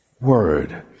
word